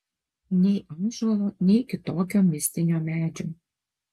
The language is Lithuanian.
nei ąžuolo nei kitokio mistinio medžio